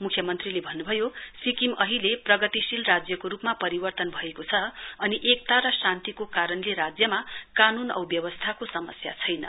म्ख्यमन्त्रीले भन्न्भयो सिक्किम अहिले प्रगतिशील राज्यको रुपमा परिवर्तित भएको छ अनि एकता र शान्तिको कारणले राज्यमा कान्न औं व्यवस्थाको समस्या छैन